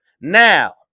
Now